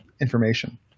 information